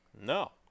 No